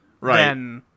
right